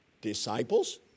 disciples